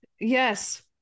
Yes